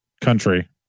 country